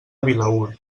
vilaür